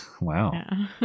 Wow